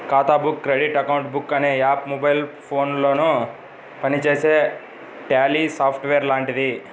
ఖాతా book credit account book అనే app mobile ఫోనులో పనిచేసే ట్యాలీ సాఫ్ట్ వేర్ లాంటిది